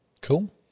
Cool